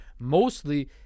mostly